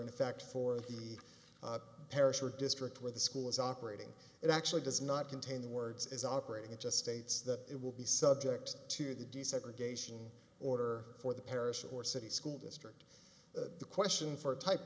and in fact for me paris or district where the school is operating it actually does not contain the words is operating just states that it will be subject to the desegregation order for the parish or city school district the question for type